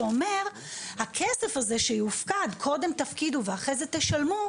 שאומר הכסף הזה שיופקד קודם תפקידו ואחרי זה תשלמו,